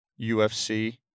UFC